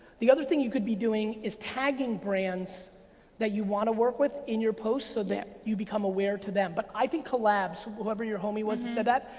the other thing you could be doing is tagging brands that you wanna work with in your post so that you become aware to them, but i think collabs. whoever your homey was that so that,